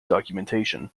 documentation